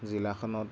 জিলাখনত